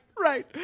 right